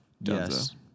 Yes